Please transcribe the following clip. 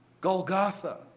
Golgotha